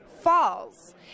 falls